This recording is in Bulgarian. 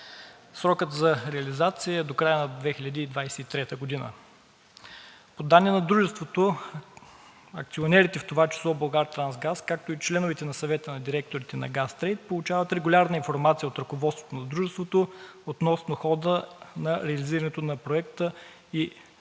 Срокът за реализация е до края на 2023 г. По данни на дружеството акционерите, в това число „Булгартрансгаз“, както и членовете на Съвета на директорите на „Газтрейд“, получават регулярна информация от ръководството на дружеството относно хода на реализирането на Проекта и поетите ангажименти.